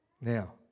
Now